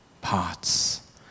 parts